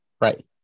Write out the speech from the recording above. Right